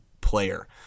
player